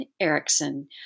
erickson